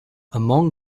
among